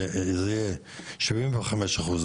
שזה יהיה שבעים וחמש אחוז,